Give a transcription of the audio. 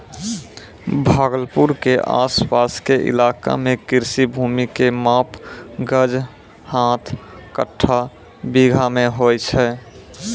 भागलपुर के आस पास के इलाका मॅ कृषि भूमि के माप गज, हाथ, कट्ठा, बीघा मॅ होय छै